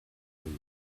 video